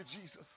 Jesus